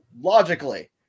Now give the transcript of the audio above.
logically